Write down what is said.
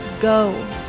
go